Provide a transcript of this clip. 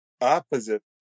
opposite